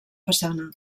façana